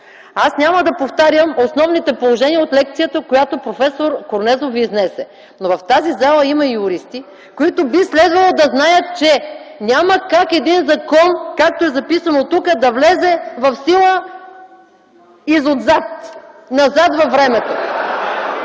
Няма да повтарям основните положения от лекцията, която проф. Корнезов ви изнесе. В тази зала има юристи, които би следвало да знаят, че няма как един закон, както е записано тук, да влезе в сила „изотзад”, назад във времето.